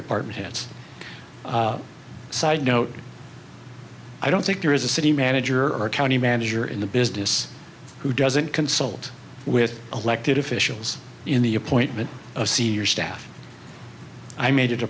departments side note i don't think there is a city manager or county manager in the business who doesn't consult with elected officials in the appointment of senior staff i made it a